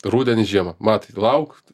rudenį žiemą matai lauk